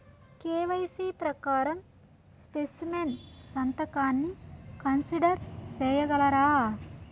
KYC ప్రకారం specimen సంతకాన్ని consider సేయగలరా?